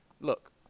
Look